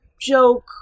joke